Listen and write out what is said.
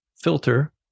filter